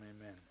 amen